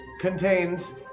contains